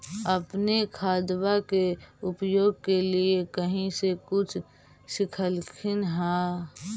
अपने खादबा के उपयोग के लीये कही से कुछ सिखलखिन हाँ?